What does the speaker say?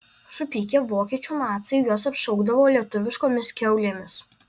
supykę vokiečių naciai juos apšaukdavo lietuviškomis kiaulėmis